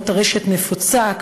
כמו טרשת נפוצה,